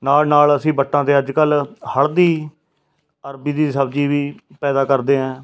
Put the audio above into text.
ਨਾਲ ਨਾਲ ਅਸੀਂ ਵੱਟਾਂ 'ਤੇ ਅੱਜ ਕੱਲ੍ਹ ਹਲਦੀ ਅਰਬੀ ਦੀ ਸਬਜ਼ੀ ਵੀ ਪੈਦਾ ਕਰਦੇ ਹੈ